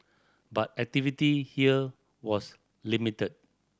but activity here was limited